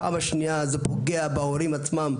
בהיבט השני, זה מדאיג כי זה פוגע בהורים עצמם,